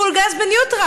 פול גז בניוטרל.